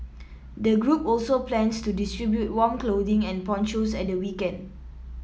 the group also plans to distribute warm clothing and ponchos at the weekend